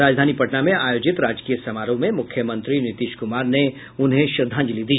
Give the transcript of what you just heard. राजधानी पटना में आयोजित राजकीय समारोह में मुख्यमंत्री नीतीश कुमार ने उन्हें श्रद्धांजलि दी